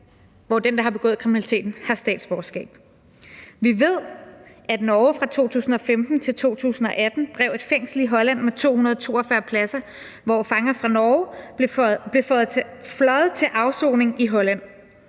hvor den, der har begået kriminaliteten, har statsborgerskab. Vi ved, at Norge fra 2015 til 2018 drev et fængsel i Holland med 242 pladser, hvor fanger fra Norge blev fløjet til afsoning i Holland.